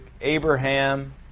Abraham